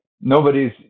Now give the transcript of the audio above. Nobody's